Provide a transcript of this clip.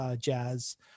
jazz